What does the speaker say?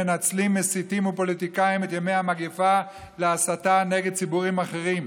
מנצלים ומסיטים הפוליטיקאים את ימי המגפה להסתה נגד ציבורים אחרים.